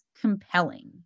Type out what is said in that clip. compelling